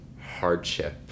hardship